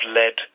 led